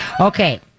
Okay